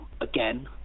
again